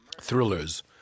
thrillers